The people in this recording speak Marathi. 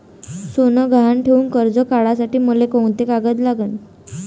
सोनं गहान ठेऊन कर्ज काढासाठी मले कोंते कागद लागन?